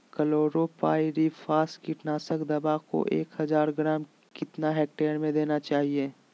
Chlorpyrifos कीटनाशक दवा को एक हज़ार ग्राम कितना हेक्टेयर में देना चाहिए?